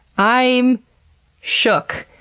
i'm shook.